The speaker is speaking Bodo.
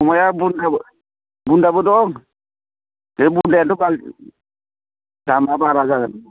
अमाया बुन्दाबो बुन्दाबो दं बे बुन्दायानोथ' दामा बारा जागोन